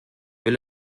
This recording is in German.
will